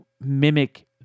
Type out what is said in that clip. mimic